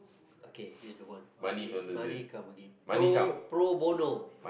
okay this is the one money money come again pro~ pro bono